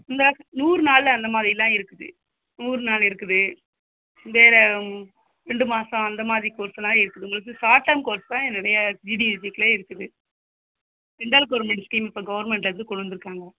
இந்த நூறு நாள் அந்த மாதிரில்லாம் இருக்குது நூறு நாள் இருக்குது வேறு ரெண்டு மாதம் அந்த மாதிரி கோர்ஸ்லாம் இருக்குது உங்களுக்கு ஷார்ட் டைம் கோர்ஸ் தான் நிறைய இருக்குது சென்ட்ரல் கவுர்ன்மெண்ட் ஸ்கீம் இப்போ கவுர்ன்மெண்ட்லேருந்து கொண்டு வந்திருக்காங்க